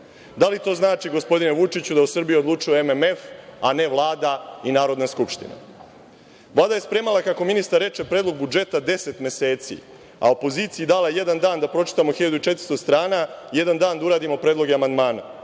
Da li to znači, gospodine Vučiću, da u Srbiji odlučuje MMF, a ne Vlada i Narodna skupština? Vlada je spremala, kako ministar reče, predlog budžeta 10 meseci, a opoziciji dala jedan dan da pročitamo 1400 strana, jedan dan da uradimo predloge amandmana.